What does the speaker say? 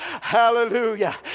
Hallelujah